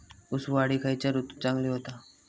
ऊस वाढ ही खयच्या ऋतूत चांगली होता?